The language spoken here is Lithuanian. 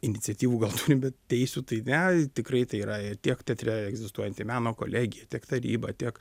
iniciatyvų gal bet teisių tai ne tikrai tai yra tiek teatre egzistuojanti meno kolegija tiek taryba tiek